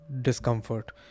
discomfort